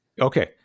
Okay